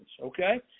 okay